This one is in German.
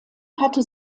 hatte